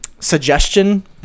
suggestion